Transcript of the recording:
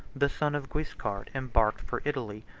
the son of guiscard embarked for italy,